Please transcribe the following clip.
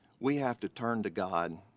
we have to turn to god.